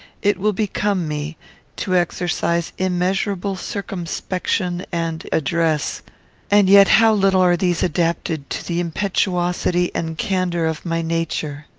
it will become me to exercise immeasurable circumspection and address and yet how little are these adapted to the impetuosity and candour of my nature!